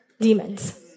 demons